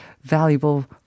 valuable